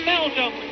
Belgium